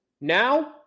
Now